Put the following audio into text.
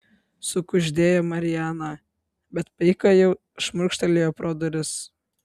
sukuždėjo mariana bet paika jau šmurkštelėjo pro duris